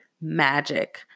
magic